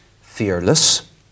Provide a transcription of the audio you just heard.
fearless